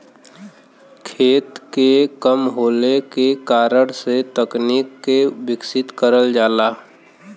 खेत के कम होले के कारण से तकनीक के विकसित करल जाला